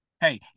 Hey